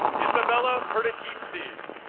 isabella purtikitzi.